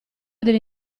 degli